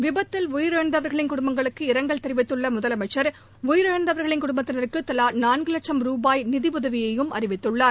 விபத்தில் உயிரிழந்தவர்களின் குடும்பங்களுக்கு இரங்கல் தெரிவித்துள்ள முதலமைச்சர் உயிரிழந்தவர்களின் குடும்பத்தினருக்கு தவா நான்கு லட்சும் ருபாய் நிதி உதவியையும் அறிவித்துள்ளார்